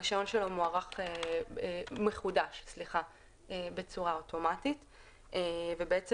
הרישיון שלו מחודש בצורה אוטומטית ובעצם